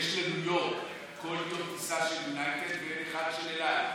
שיש לניו יורק כל יום טיסה של יונייטד ואין אחת של אל על,